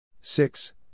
six